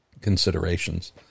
considerations